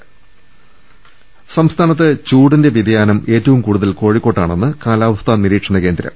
ദർവ്വട്ടെഴ സംസ്ഥാനത്ത് ചൂടിന്റെ വ്യതിയാനം ഏറ്റവും കൂടുതൽ കോഴിക്കോട്ടാ ണെന്ന് കലാവസ്ഥാ നിരീക്ഷണകേന്ദ്രം